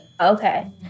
Okay